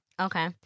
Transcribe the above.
Okay